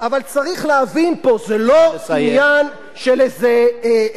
זה לא עניין של איזה דבר קטן על הדרך.